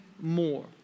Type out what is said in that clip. more